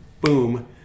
Boom